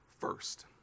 first